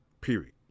period